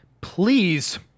please